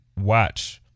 watch